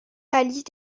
réalise